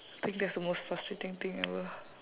think that's the most frustrating thing ever